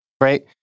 right